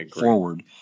forward